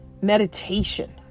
Meditation